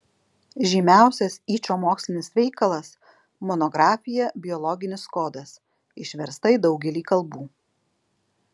žymiausias yčo mokslinis veikalas monografija biologinis kodas išversta į daugelį kalbų